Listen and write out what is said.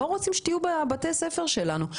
לא רוצים שתהיו בבתי הספר שלנו.